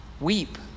weep